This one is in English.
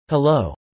Hello